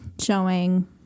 showing